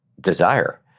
desire